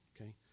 okay